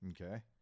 Okay